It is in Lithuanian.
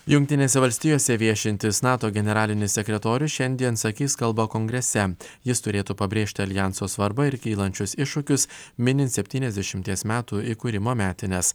jungtinėse valstijose viešintis nato generalinis sekretorius šiandien sakys kalbą kongrese jis turėtų pabrėžti aljanso svarbą ir kylančius iššūkius minint septyniasdešimties metų įkūrimo metines